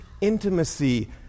intimacy